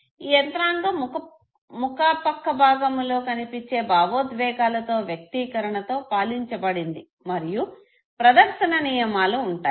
ఈ యంత్రాంగం ముఖ పక్క భాగములో కనిపించే భావోద్వేగాలతో వ్యక్తీకరణ తో పాలించబడింది మరియు ప్రదర్శన నియమాలు ఉంటాయి